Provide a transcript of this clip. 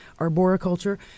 Arboriculture